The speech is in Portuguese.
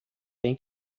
tem